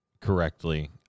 correctly